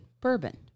bourbon